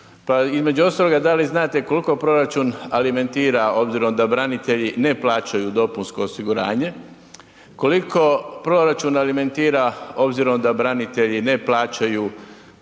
između ostaloga da li znate koliko proračun alimentira obzirom da branitelji ne plaćaju dopunsko osiguranje. Koliko proračun alimentira obzirom da branitelji ne plaćaju porez